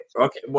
Okay